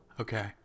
okay